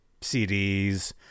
CDs